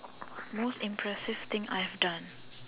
most impressive thing I've done